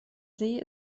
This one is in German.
see